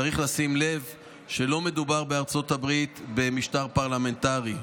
צריך לשים לב שלא מדובר בארצות הברית במשטר פרלמנטרי,